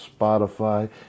Spotify